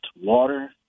water